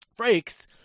Frakes